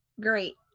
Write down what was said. Great